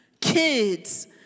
kids